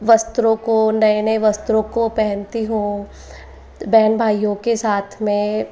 वस्त्रों को नए नए वस्त्रों को पहनती हूँ बहन भाईयों के साथ में